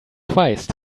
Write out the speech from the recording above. twice